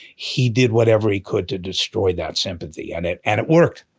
he did whatever he could to destroy that sympathy. and it and it worked.